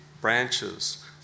branches